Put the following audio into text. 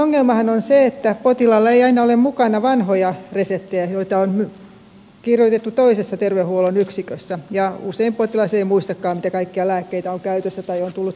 ongelmahan on usein se että potilaalla ei aina ole mukana vanhoja reseptejä joita on kirjoitettu toisessa terveydenhuollon yksikössä ja usein potilas ei muistakaan mitä kaikkia lääkkeitä on käytössä tai on tullut jo kokeiltua